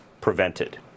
prevented